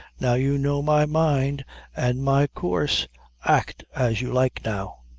now you know my mind an' my coorse act as you like now.